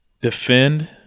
defend